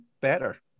better